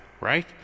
right